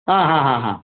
ಹಾಂ ಹಾಂ ಹಾಂ ಹಾಂ